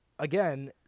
Again